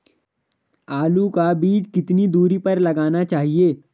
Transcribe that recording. आलू का बीज कितनी दूरी पर लगाना चाहिए?